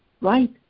right